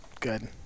Good